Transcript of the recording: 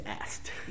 asked